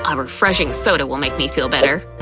um refreshing soda will make me feel better.